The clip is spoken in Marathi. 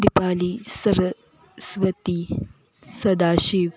दिपाली सरस्वती सदाशिव